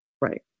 right